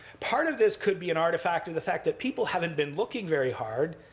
part of this could be an artifact, or the fact that people haven't been looking very hard.